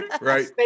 Right